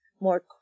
more